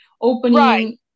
opening